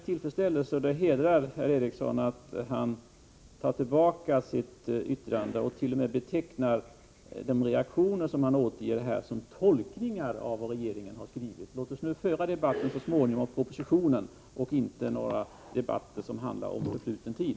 Herr talman! Det hedrar herr Eriksson att han tar tillbaka sitt yttrande och t.o.m. betecknar de reaktioner som han återgett här som tolkningar av vad regeringen har skrivit. Låt oss så småningom föra debatten om propositionen och inte ge oss in på något som handlar om förfluten tid.